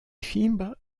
fibres